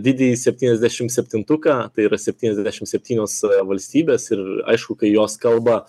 didįjį septyniasdešim septintuką tai yra septyniasdešim septynios valstybės ir aišku kai jos kalba